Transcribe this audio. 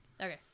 Okay